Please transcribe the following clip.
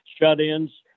Shut-ins